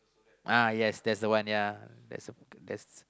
uh yes that's the one ya